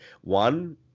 One